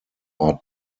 are